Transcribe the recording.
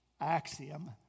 axiom